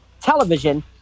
television